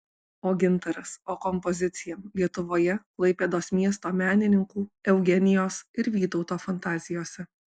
o gintaras o kompozicija lietuvoje klaipėdos miesto menininkų eugenijos ir vytauto fantazijose